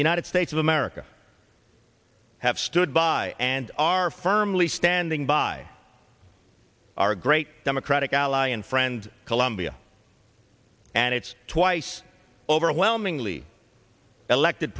the united states of america have stood by and are firmly standing by our great democratic ally and friend colombia and it's twice overwhelmingly elected